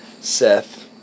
Seth